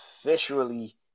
officially